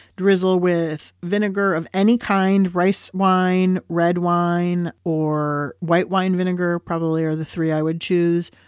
drizzle with vinegar of any kind. rice wine, red wine or white wine vinegar probably are the three i would choose.